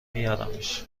میارمش